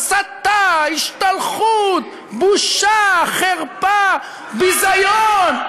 הסתה, השתלחות, בושה, חרפה, ביזיון.